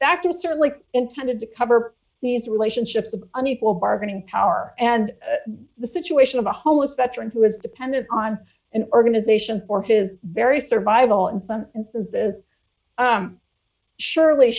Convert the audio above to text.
back to certainly intended to cover these relationships with unequal bargaining power and the situation of a homeless veteran who is dependent on an organization for his very survival in some instances surely